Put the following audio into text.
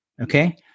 Okay